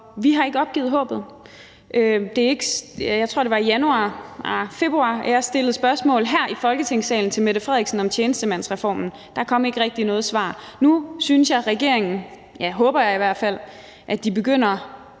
Vi har ikke opgivet håbet. Jeg tror, det var i januar, ahr, februar, at jeg stillede spørgsmålet her i Folketingssalen til statsministeren om tjenestemandsreformen, og der kom ikke rigtig noget svar. Nu synes jeg, regeringen, det håber jeg i hvert fald, begynder